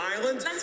island